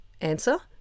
Answer